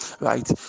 right